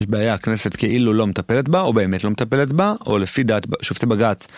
יש בעיה, הכנסת כאילו לא מטפלת בה, או באמת לא מטפלת בה, או לפי דעת ב-שופטי בג"ץ,